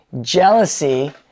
Jealousy